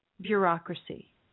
bureaucracy